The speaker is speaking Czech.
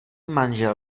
manžel